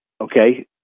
okay